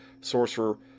sorcerer